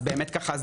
אז זה באמת עול.